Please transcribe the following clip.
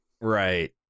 Right